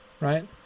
right